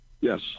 Yes